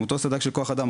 עם אותו סד"כ של כוח אדם.